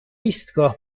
ایستگاه